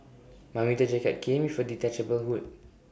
my winter jacket came with A detachable hood